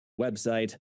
website